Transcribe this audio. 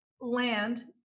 land